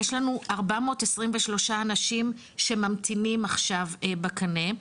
יש לנו 423 אנשים שממתינים עכשיו בקנה.